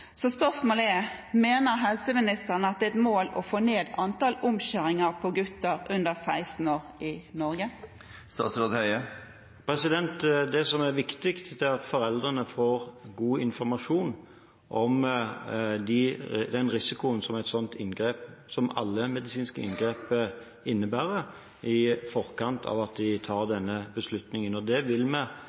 Så spørsmålet er: Mener helseministeren at det er et mål å få ned antallet omskjæringer på gutter under 16 år i Norge? Det som er viktig, er at foreldrene får god informasjon om den risikoen som et slikt inngrep, som alle medisinske inngrep, innebærer, i forkant av at de tar denne beslutningen. Det vil vi